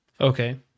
Okay